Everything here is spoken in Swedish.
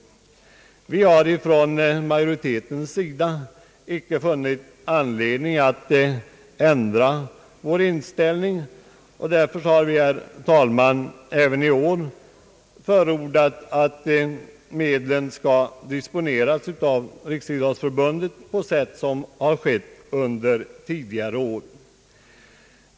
Vi har från majoritetens sida inte funnit anledning att ändra vår inställning, och därför har vi, herr talman, även i år förordat att medlen skall disponeras av Riksidrottsförbundet på sätt som har skett under tidigare år.